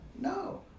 No